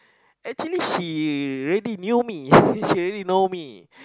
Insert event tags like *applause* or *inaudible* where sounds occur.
actually she already knew me *laughs* she already know me